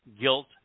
guilt